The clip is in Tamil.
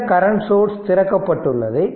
இந்த கரண்ட் சோர்ஸ் திறக்கப்பட்டுள்ளது